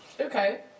Okay